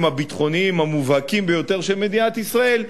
הביטחוניים המובהקים ביותר של מדינת ישראל,